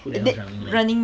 who the hell is running man